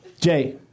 Jay